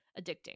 addicting